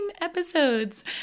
episodes